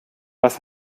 was